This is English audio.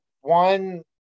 one